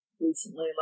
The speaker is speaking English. recently